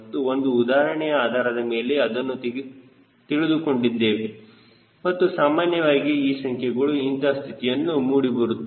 ಮತ್ತು ಒಂದು ಉದಾಹರಣೆಯ ಆಧಾರದ ಮೇಲೆ ಅದನ್ನು ತಿಳಿದುಕೊಂಡಿದ್ದೇವೆ ಮತ್ತು ಸಾಮಾನ್ಯವಾಗಿ ಈ ಸಂಖ್ಯೆಗಳು ಇಂತಹ ಸ್ಥಿತಿಯಲ್ಲಿ ಮೂಡಿಬರುತ್ತವೆ